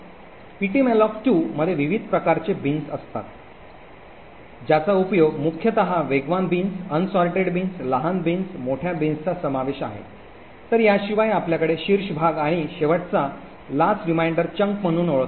पीटीमलोक २ मध्ये विविध प्रकारचे बीन्स वापरतात ज्याचा उपयोग मुख्यतः वेगवान बीन्स अनसॉर्टर्ड बीन्स लहान बीन्स मोठ्या बीन्सचा समावेश आहे तर याशिवाय आपल्याकडे शीर्ष भाग आणि शेवटचा उर्वरित भाग म्हणून ओळखले जाते